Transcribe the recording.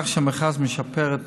כך שהמכרז משפר את